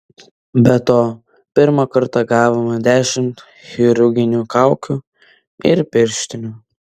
be to pirmą kartą gavome dešimt chirurginių kaukių ir pirštinių